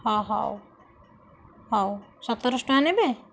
ହଁ ହେଉ ହେଉ ସତରଶହ ଟଙ୍କା ନେବେ